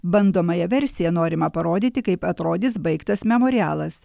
bandomąja versija norima parodyti kaip atrodys baigtas memorialas